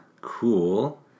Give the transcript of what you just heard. Cool